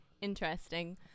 Interesting